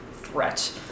threat